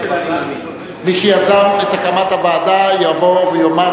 מי שיזם את הקמת הוועדה יבוא ויאמר,